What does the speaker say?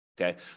Okay